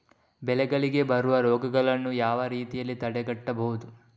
ಬೆಳೆಗಳಿಗೆ ಬರುವ ರೋಗಗಳನ್ನು ಯಾವ ರೀತಿಯಲ್ಲಿ ತಡೆಗಟ್ಟಬಹುದು?